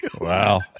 Wow